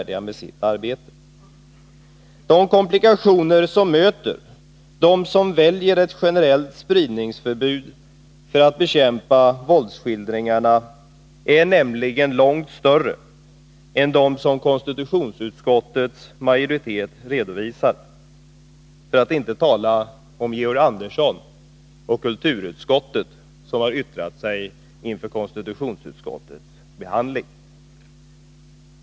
De komplikationer som möter dem som väljer ett generellt spridningsförbud för att bekämpa våldsskildringarna är nämligen långt större än dem som konstitutionsutskottets majoritet redovisat, för att inte tala om Georg Andersson och kulturutskottet, som har yttrat sig inför konstitutionsutskottets behandling.